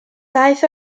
daeth